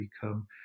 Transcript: become